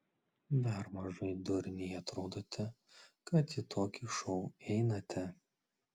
dar mažai durniai atrodote kad į tokį šou einate